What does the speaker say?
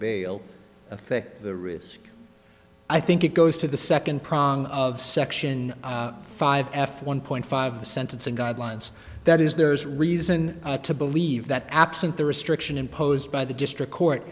bail affect the risk i think it goes to the second prong of section five f one point five the sentencing guidelines that is there's reason to believe that absent the restriction imposed by the district court